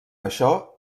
això